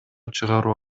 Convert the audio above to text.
чыгаруу